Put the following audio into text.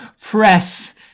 Press